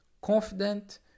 Confident